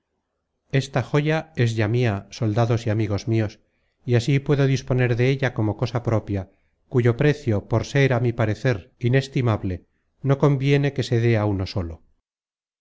esta joya es ya mia soldados y amigos mios y así puedo disponer de ella como cosa propia cuyo precio por ser á mi parecer inestimable no conviene que se dé á uno solo